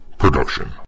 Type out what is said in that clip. production